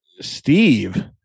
Steve